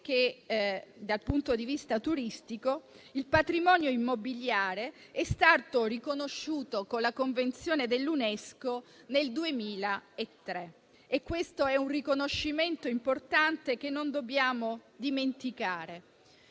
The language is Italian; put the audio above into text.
dal punto di vista turistico, il patrimonio immobiliare è stato riconosciuto con la Convenzione dell'Unesco nel 2003. Si tratta di un riconoscimento importante che non dobbiamo dimenticare